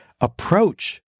approach